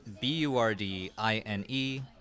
B-U-R-D-I-N-E